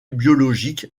biologique